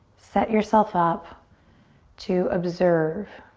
set yourself up to observe,